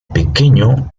pequeño